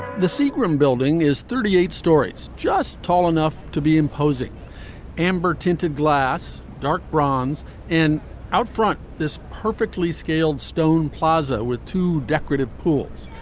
the seagram building is thirty eight storeys, just tall enough to be imposing amber tinted glass. dark bronze in outfront, this perfectly scaled stone plaza with two decorative pools.